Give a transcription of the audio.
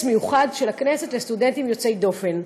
מיוחד של הכנסת לסטודנטים יוצאי דופן.